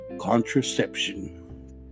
contraception